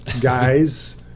guys